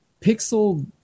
pixel